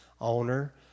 owner